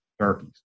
turkeys